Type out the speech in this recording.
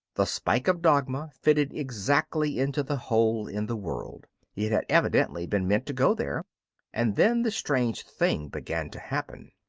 the spike of dogma fitted exactly into the hole in the world it had evidently been meant to go there and then the strange thing began to happen.